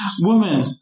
Woman